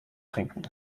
trinken